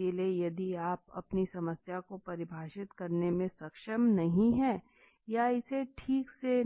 इसलिए यदि आप अपनी समस्या को परिभाषित करने में सक्षम नहीं हैं या इसे ठीक से